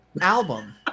album